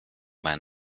man